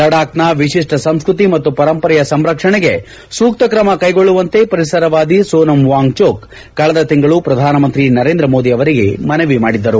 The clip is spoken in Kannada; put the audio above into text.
ಲಡಾಕ್ನ ವಿಶಿಷ್ಟ ಸಂಸ್ಕತಿ ಮತ್ತು ಪರಂಪರೆಯ ಸಂರಕ್ಷಣೆಗೆ ಸೂಕ್ತ ಕ್ರಮಿ ಕ್ಷೆಗೊಳ್ಲುವಂತೆ ಪರಿಸರವಾದಿ ಸೋನಂ ವಾಂಗ್ಚುಕ್ ಕಳೆದ ತಿಂಗಳು ಪ್ರಧಾನಮಂತ್ರಿ ನರೆಂದ್ರಮೋದಿ ಅವರಿಗೆ ಮನವಿ ಮಾಡಿದ್ದರು